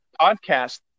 podcast